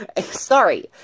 Sorry